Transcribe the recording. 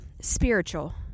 spiritual